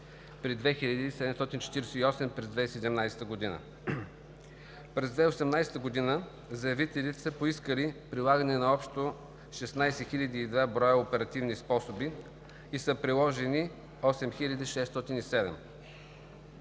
при 2748 през 2017 г. През 2018 г. заявителите са поискали прилагане на общо 16 002 броя оперативни способи и са приложени 8607.